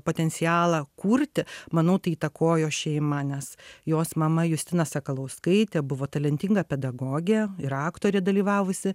potencialą kurti manau tai įtakojo šeima nes jos mama justina sakalauskaitė buvo talentinga pedagogė ir aktorė dalyvavusi